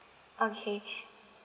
okay